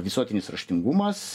visuotinis raštingumas